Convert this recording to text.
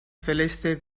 celeste